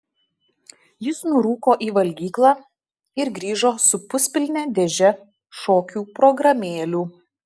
jis nurūko į valgyklą ir grįžo su puspilne dėže šokių programėlių